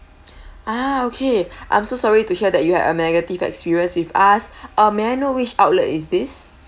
ah okay I'm so sorry to hear that you had a negative experience with us ah may I know which outlet is this